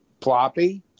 ploppy